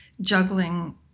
juggling